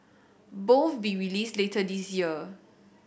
both be released later this year